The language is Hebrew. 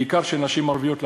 בעיקר של נשים ערביות,